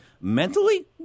mentally